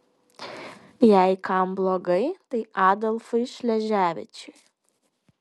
jei kam blogai tai adolfui šleževičiui